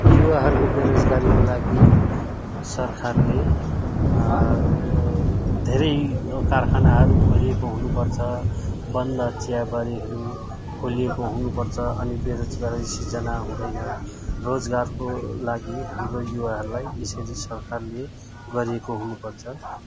युवाहरूको बेरोजगारीको लागि सरकारले धेरै कारखानाहरू खोलिएको हुनुपर्छ बन्द चियाबारीहरू खोलिएको हुनुपर्छ अनि बेरोजगारी सृजना हुँदैन रोजगारको लागि हाम्रो युवाहरूलाई यसरी सरकारले गरिएको हुनुपर्छ